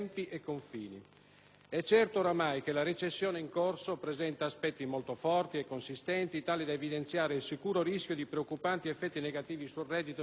È certo oramai che la recessione in corso presenti aspetti molto forti e consistenti, tali da evidenziare il sicuro rischio di preoccupanti effetti negativi sul reddito e sull'occupazione.